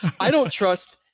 i don't trust,